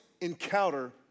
encounter